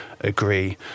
agree